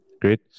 Great